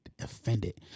offended